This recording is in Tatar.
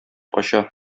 кача